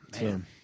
Man